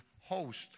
host